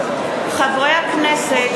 חברי הכנסת